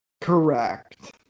Correct